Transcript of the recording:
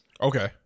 Okay